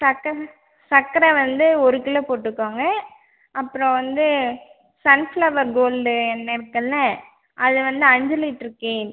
சக்கரை சக்கரை வந்து ஒரு கிலோ போட்டுக்கோங்கள் அப்புறம் வந்து சன் ஃபிளவர் கோல்டு எண்ணெய் இருக்குதுல்ல அது வந்து அஞ்சு லிட்ரு கேன்